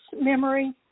memory